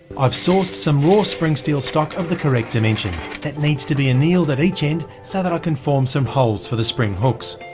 i've sourced some raw spring steel stock of the correct dimension, that needs to be annealed at each end so that i can form some holes for the spring hooks.